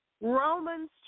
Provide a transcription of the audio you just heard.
Romans